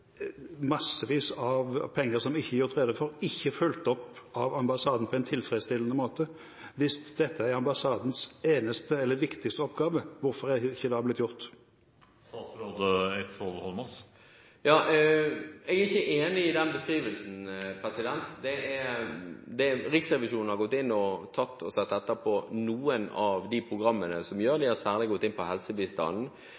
opp av ambassaden på en tilfredsstillende måte. Hvis dette er ambassadens eneste eller viktigste oppgave, hvorfor er det da ikke blitt gjort? Jeg er ikke enig i den beskrivelsen. Riksrevisjonen har gått inn og sett på noen av de programmene som